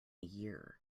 year